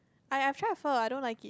I I try Pho I don't like it